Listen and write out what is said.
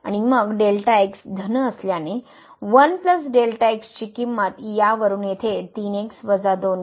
आणि मग धन असल्याने 1 Δ x ची किंमत यावरून येथे 3x 2 येईल